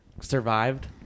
survived